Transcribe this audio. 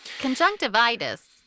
Conjunctivitis